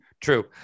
true